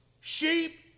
sheep